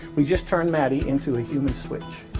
we just turn maddie into a human switch.